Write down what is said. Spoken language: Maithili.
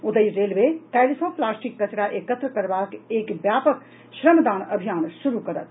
ओतहि रेलवे काल्हि सँ प्लास्टिक कचरा एकत्र करबाक एक व्यापक श्रमदान अभियान श्र्रू करत